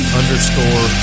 underscore